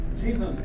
Jesus